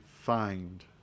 find